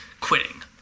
quitting